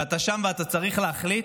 ואתה שם ואתה צריך להחליט.